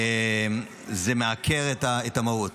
זה מעקר את המהות.